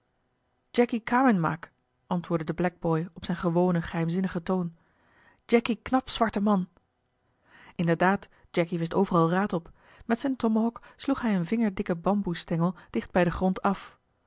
maak antwoordde de blackboy op zijn gewonen geheimzinnigen toon jacky knap zwarte man inderdaad jacky wist overal raad op met zijn tomahawk sloeg hij een vingerdikken bamboesstengel dicht bij den grond af